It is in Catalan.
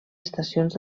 estacions